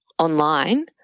online